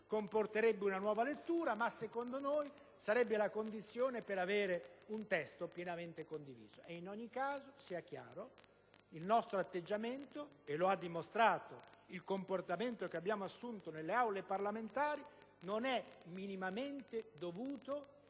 comporterebbe una nuova lettura, ma secondo noi sarebbe la condizione per arrivare ad un testo pienamente condiviso. In ogni caso, sia chiaro, il nostro atteggiamento, e lo ha dimostrato il comportamento che abbiamo assunto nelle Aule parlamentari, non è minimamente dovuto